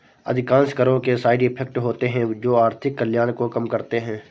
अधिकांश करों के साइड इफेक्ट होते हैं जो आर्थिक कल्याण को कम करते हैं